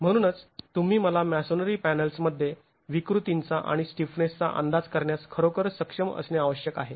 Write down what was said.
म्हणूनच तुम्ही मला मॅसोनेरी पॅनल्समध्ये विकृतींचा आणि स्टिफनेसचा अंदाज करण्यास खरोखर सक्षम असणे आवश्यक आहे